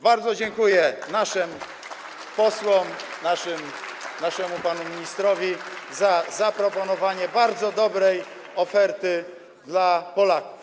Bardzo dziękuję naszym posłom, naszemu panu ministrowi za zaproponowanie bardzo dobrej oferty dla Polaków.